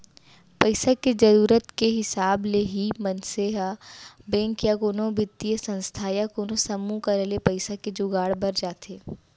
पइसा के जरुरत के हिसाब ले ही मनसे ह बेंक या कोनो बित्तीय संस्था या कोनो समूह करा ले पइसा के जुगाड़ बर जाथे